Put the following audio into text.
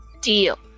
Deal